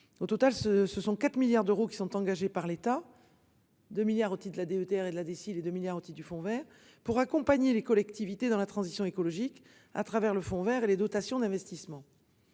Au total ce ce sont 4 milliards d'euros qui sont engagés par l'État. 2 milliards aussi de la DETR, et de là d'ici les 2 milliards anti-du Fonds Vert pour accompagner les collectivités dans la transition écologique à travers le Fonds Vert et les dotations d'investissement.